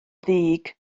ddig